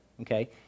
okay